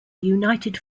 united